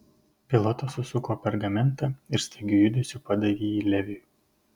pilotas susuko pergamentą ir staigiu judesiu padavė jį leviui